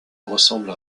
ressemble